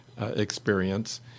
experience